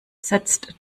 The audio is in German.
setzt